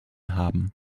haben